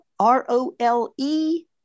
R-O-L-E